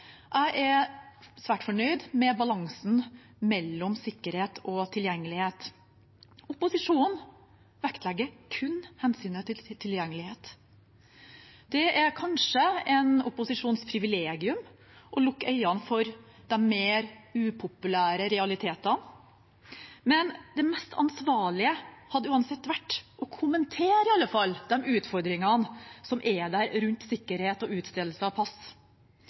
Jeg er svært fornøyd med balansen mellom sikkerhet og tilgjengelighet. Opposisjonen vektlegger kun hensynet til tilgjengelighet. Det er kanskje en opposisjons privilegium å lukke øynene for de mer upopulære realitetene, men det mest ansvarlige hadde uansett vært i alle fall å kommentere de utfordringene som er rundt sikkerhet og utstedelse av pass.